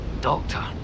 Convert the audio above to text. Doctor